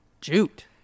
Jute